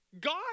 God